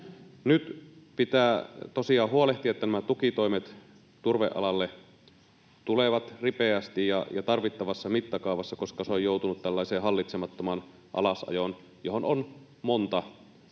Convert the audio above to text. Nyt pitää tosiaan huolehtia, että nämä tukitoimet turvealalle tulevat ripeästi ja tarvittavassa mittakaavassa, koska se on joutunut tällaiseen hallitsemattomaan alasajoon, johon on monta